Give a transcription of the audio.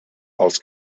als